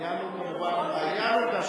העניין הוא כמובן העניין הוא,